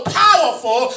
powerful